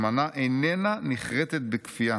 אמנה איננה נכרתת בכפייה